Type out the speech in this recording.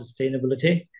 sustainability